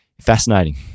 Fascinating